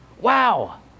wow